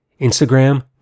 Instagram